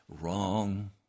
Wrong